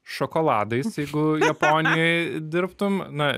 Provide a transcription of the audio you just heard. šokoladais jeigu japonijoj dirbtum na